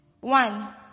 One